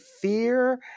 fear